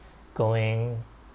going